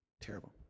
Terrible